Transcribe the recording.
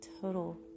total